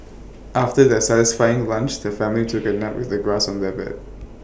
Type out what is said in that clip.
after their satisfying lunch the family took A nap with the grass on their bed